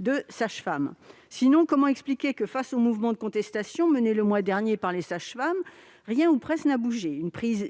de sage-femme ! Sinon, comment expliquer que, face au mouvement de contestation mené le mois dernier par les sages-femmes, rien ou presque n'ait bougé ?